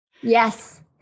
Yes